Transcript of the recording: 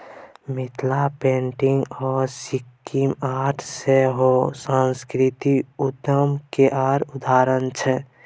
Mithila painting आ sikki art सेहो सास्कृतिक उद्यम केर उदाहरण छै